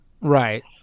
Right